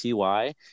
ty